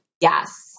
Yes